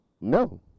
No